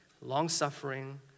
long-suffering